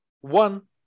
one